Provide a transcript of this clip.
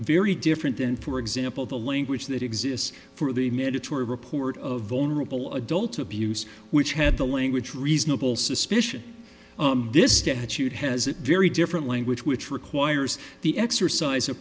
very different than for example the language that exists for the mid to report of vulnerable adult abuse which had the language reasonable suspicion this statute has it very different language which requires the exercise o